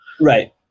Right